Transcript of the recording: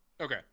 okay